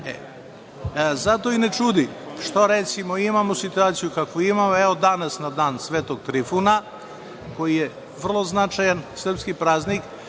Zato i ne čudi što, recimo, imamo situaciju kakvu imamo, evo, danas na dan Svetog Trifuna, koji je vrlo značajan srpski praznik.